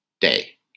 day